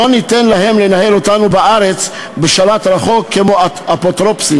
לא ניתן להם לנהל אותנו בארץ בשלט-רחוק כמו אפוטרופוסים,